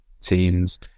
teams